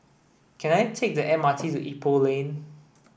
can I take the M R T to Ipoh Lane